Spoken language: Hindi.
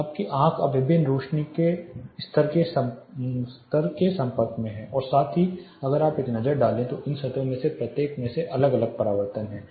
तो आपकी आंख अब विभिन्न प्रकार के रोशनी स्तर के संपर्क में है और साथ ही अगर आप एक नज़र डालें तो इन सतहों में से प्रत्येक में अलग अलग प्रतिबिंब हैं